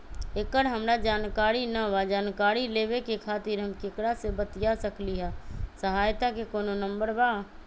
एकर हमरा जानकारी न बा जानकारी लेवे के खातिर हम केकरा से बातिया सकली ह सहायता के कोनो नंबर बा?